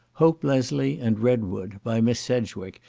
hope leslie, and redwood, by miss sedgewick,